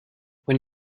when